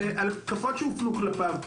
על התקפות שהופנו כלפיו,